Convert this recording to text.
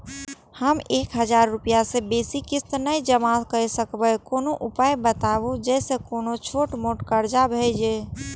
हम एक हजार रूपया से बेसी किस्त नय जमा के सकबे कोनो उपाय बताबु जै से कोनो छोट मोट कर्जा भे जै?